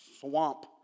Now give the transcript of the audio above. swamp